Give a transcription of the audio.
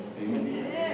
Amen